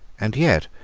and yet,